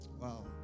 Wow